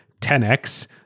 10x